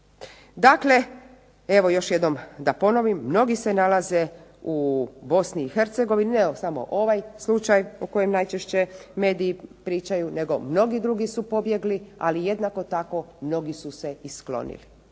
Dakle, evo još jednom da ponovim, mnogi se nalaze u BiH, ne samo ovaj slučaj o kojem najčešće mediji pričaju nego mnogi drugi su pobjegli, ali jednako tako mnogi su se i sklonili.